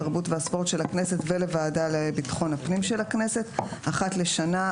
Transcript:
התרבות והספורט של הכנסת ולוועדה לביטחון הפנים של הכנסת אחת לשנה,